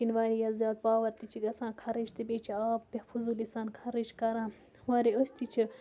یِتھ کٔنۍ واریاہ زیادٕ پاوَر تہِ چھِ گَژھان خَرچ تہِ بیٚیہِ چھِ آب بےٚ فٔضوٗلی سان خَرچ کَران واریاہ أسۍ تہِ چھِ